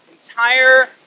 entire